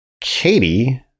katie